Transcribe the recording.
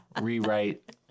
rewrite